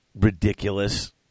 ridiculous